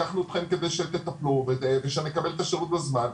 לקחנו אתכם כדי שתטפלו כדי שנקבל את השירות בזמן,